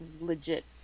legit